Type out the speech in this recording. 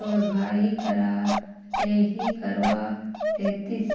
तोर भाई करा ले ही करवा लेतिस